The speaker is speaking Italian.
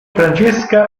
francesca